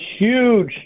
huge